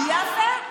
יפה.